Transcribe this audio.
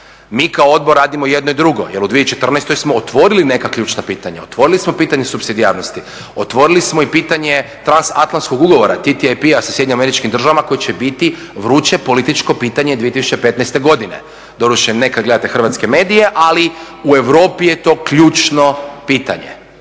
Mi kao odbor radimo jedno i drugo jel u 2014.smo otvorili neka ključna pitanja, otvorili smo pitanje supsidijarnosti, otvorili smo i pitanje transatlantskog ugovora TTIP sa SAD koji će biti vruće političko pitanje 2015.godine. Doduše ne kada gledate hrvatske medije, ali u Europi je to ključno pitanje.